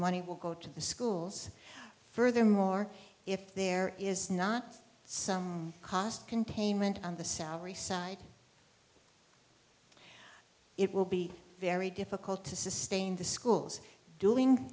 money will go to the schools furthermore if there is not some cost containment on the salary side it will be very difficult to sustain the schools doing